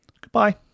goodbye